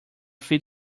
fit